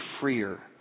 freer